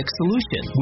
solution